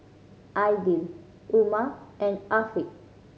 Aidil Umar and Afiq